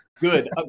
good